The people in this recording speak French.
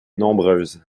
nombreuses